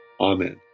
Amen